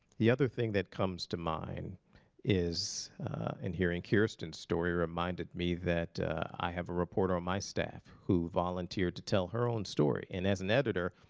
the other thing that comes to mind is and hearing kirsten's story reminded me that i have a reporter on my staff who volunteered to tell her own story. and as an editor,